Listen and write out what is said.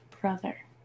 brother